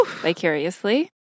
Vicariously